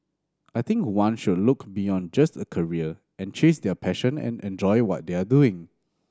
I think one should look beyond just a career and chase their passion and enjoy what they are doing